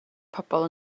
pobl